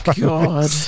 god